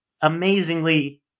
amazingly